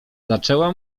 zaczęła